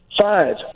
five